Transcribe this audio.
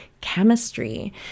chemistry